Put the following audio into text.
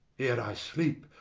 ere i sleep,